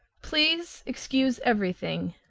please excuse everything.